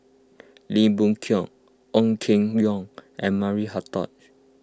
Lim Boon Keng Ong Keng Yong and Maria Hertogh